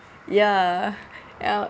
ya ya